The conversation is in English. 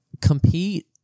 compete